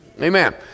Amen